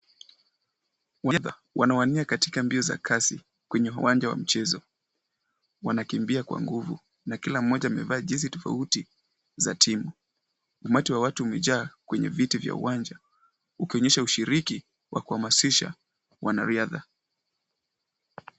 Wanwania katika mbio za kazi, kwenye uwanja wa mchezo. Wanakimbia kwa nguvu, na kila mmoja amevaa jesi tofauti za timu. Umati wa watu umejaa kwenye viti vya uwanja ukionyesha ushiriki, wakwamasisha, wanariadha.